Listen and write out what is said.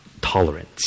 tolerance